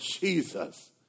Jesus